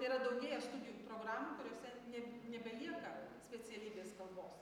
tai yra daugėja studijų programų kuriose neb nebelieka specialybės kalbos